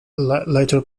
later